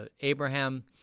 Abraham